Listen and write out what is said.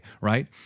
right